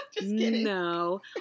no